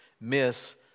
miss